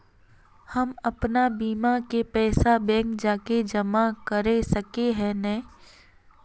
हम अपन बीमा के पैसा बैंक जाके जमा कर सके है नय?